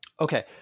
Okay